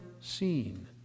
seen